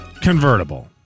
Convertible